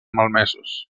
malmesos